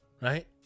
right